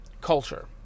culture